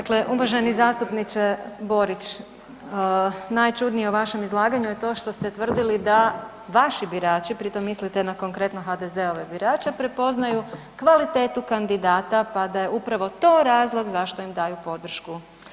Dakle, uvaženi zastupniče Borić, najčudnije u vašem izlaganju je to što ste tvrdili da vaši birači pri tom mislite na konkretno HDZ-ove birače prepoznaju kvalitetu kandidata pa da je upravo to razlog zašto im daju podršku.